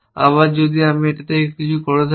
আবার যদি আমি এটি থেকে কিছু করে থাকি